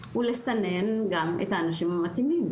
הוא לסנן גם את האנשים המתאימים.